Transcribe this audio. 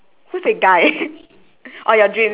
so who's that guy oh your dreams